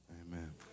Amen